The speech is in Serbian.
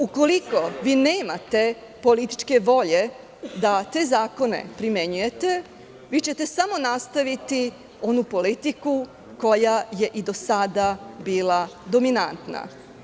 Ukoliko vi nemate političke volje da te zakone primenjujete, vi ćete samo nastaviti onu politiku koja je i do sada bila dominantna.